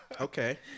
Okay